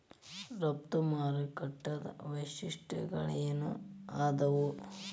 ರಫ್ತು ಮಾರುಕಟ್ಟಿದ್ ವೈಶಿಷ್ಟ್ಯಗಳೇನೇನ್ ಆದಾವು?